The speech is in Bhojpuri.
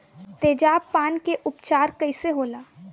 तेजाब पान के उपचार कईसे होला?